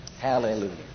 Hallelujah